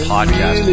Podcast